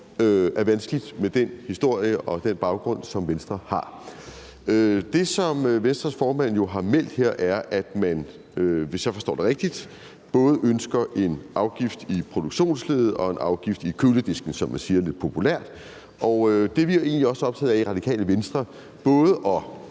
er vanskeligt med den historie og den baggrund, som Venstre har. Det, som Venstres formand jo har meldt ud her, er, at man, hvis jeg forstår det rigtigt, både ønsker en afgift i produktionsleddet og en afgift i køledisken, som man siger lidt populært. Det er vi egentlig også optaget af i Radikale Venstre – både at